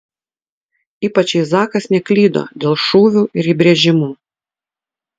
ypač jei zakas neklydo dėl šūvių ir įbrėžimų